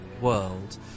world